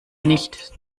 nicht